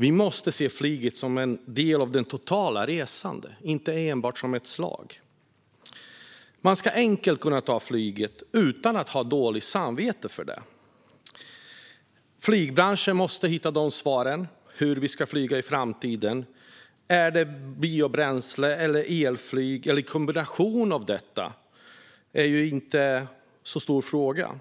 Vi måste se flyget som en del av det totala resandet, inte enbart som ett transportslag. Man ska enkelt kunna ta flyget utan att ha dåligt samvete för det. Flygbranschen måste hitta svaren på hur vi ska flyga i framtiden. Om det är med biobränsle eller el eller med en kombination av dessa är inte en så stor fråga.